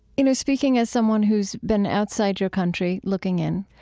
you know speaking as someone who's been outside your country, looking in,